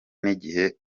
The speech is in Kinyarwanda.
n’igihe